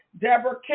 Deborah